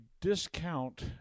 discount